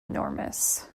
enormous